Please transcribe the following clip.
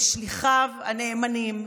שהם שליחיו הנאמנים.